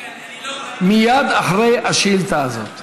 מתי מתחילים חקיקה, אדוני?